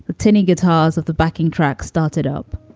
ah tinny guitars with the backing track started up